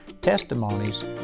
testimonies